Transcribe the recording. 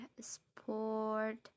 sport